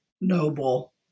noble